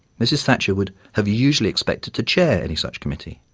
mrs thatcher would have usually expected to chair any such committee,